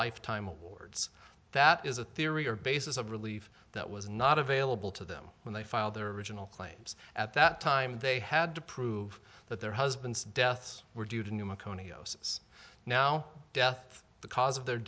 lifetime awards that is a theory or basis of relief that was not available to them when they filed their original claims at that time they had to prove that their husbands deaths were due to new macone osis now death the cause of their